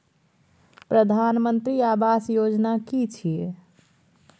प्रधानमंत्री आवास योजना कि छिए?